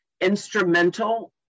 Instrumental